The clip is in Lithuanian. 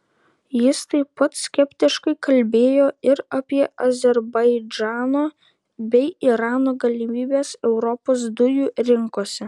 jis taip pat skeptiškai kalbėjo ir apie azerbaidžano bei irano galimybes europos dujų rinkose